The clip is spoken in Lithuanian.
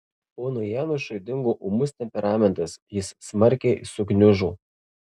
ponui janošui dingo ūmus temperamentas jis smarkiai sugniužo